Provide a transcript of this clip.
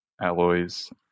alloys